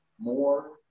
more